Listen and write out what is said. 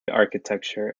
architecture